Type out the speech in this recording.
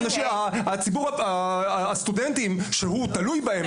הציבור הסטודנטים שהוא תלוי בהם,